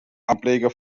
ableger